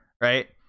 right